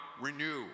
renew